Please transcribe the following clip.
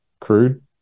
crude